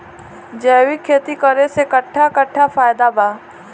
जैविक खेती करे से कट्ठा कट्ठा फायदा बा?